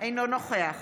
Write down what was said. אינו נוכח